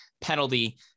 penalty